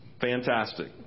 Fantastic